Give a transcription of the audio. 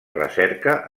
recerca